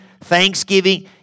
thanksgiving